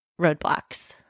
roadblocks